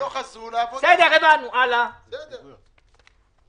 אתמול בוועדה הבאנו תיקון לזה.